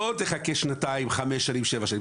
לא תחכה שנתיים, חמש שנים, שבע שנים.